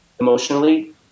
emotionally